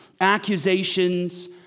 accusations